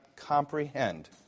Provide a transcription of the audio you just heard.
comprehend